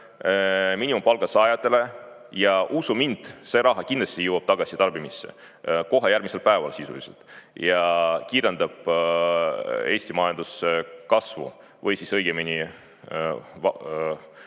miinimumpalga saajatele ja, usu mind, see raha kindlasti jõuab tagasi tarbimisse, kohe järgmisel päeval sisuliselt, ja kiirendab Eesti majanduskasvu või, õigemini, vabastab